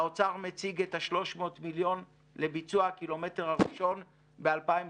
והאוצר מציג את ה-300 מיליון לביצוע הקילומטר הראשון ב-2021.